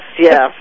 yes